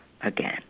again